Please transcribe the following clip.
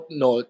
no